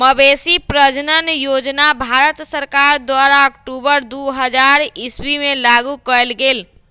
मवेशी प्रजजन योजना भारत सरकार द्वारा अक्टूबर दू हज़ार ईश्वी में लागू कएल गेल